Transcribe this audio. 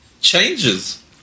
changes